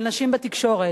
של נשים בתקשורת,